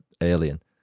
alien